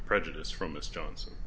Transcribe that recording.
the prejudice from mr johnson